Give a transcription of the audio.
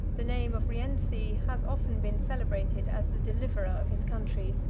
the name of rienzi has often been celebrated as the deliverer of his country,